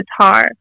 guitar